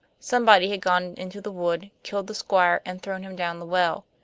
somebody had gone into the wood, killed the squire and thrown him down the well,